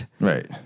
Right